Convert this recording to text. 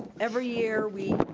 every year we